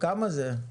כמה זה?